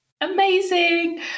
Amazing